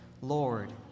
Lord